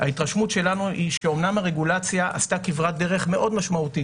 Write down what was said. ההתרשמות שלנו היא שאומנם הרגולציה עשתה כברת דרך מאוד משמעותית